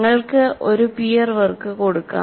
നിങ്ങൾക്ക് ഒരു peer work കൊടുക്കാം